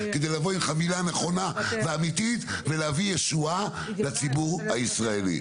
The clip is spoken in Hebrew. כדי לבוא עם חבילה נכונה ואמיתית ולהביא ישועה לציבור הישראלי.